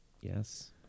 Yes